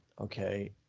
okay